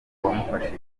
wamufashije